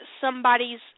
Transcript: somebody's